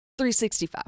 365